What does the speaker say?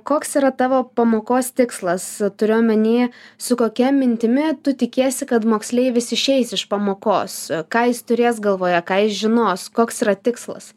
koks yra tavo pamokos tikslas turiu omeny su kokia mintimi tu tikiesi kad moksleivis išeis iš pamokos ką jis turės galvoje ką jis žinos koks yra tikslas